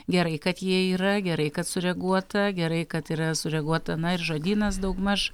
gerai kad jie yra gerai kad sureaguota gerai kad yra sureaguota na ir žodynas daugmaž